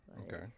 okay